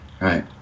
Right